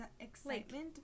excitement